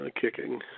Kicking